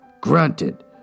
grunted